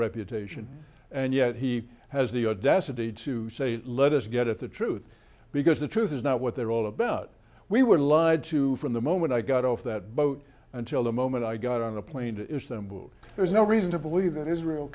reputation and yet he has the audacity to say let us get at the truth because the truth is not what they're all about we were lied to from the moment i got off that boat until the moment i got on a plane is them books there's no reason to believe that israel